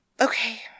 Okay